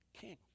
king